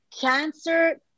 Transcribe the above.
Cancer